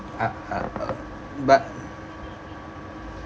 ah ah uh but